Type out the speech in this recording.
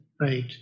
Right